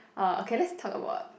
uh okay let's talk about